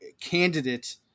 Candidate